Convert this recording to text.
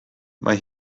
mae